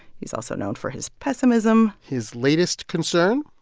he's also known for his pessimism his latest concern?